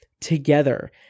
together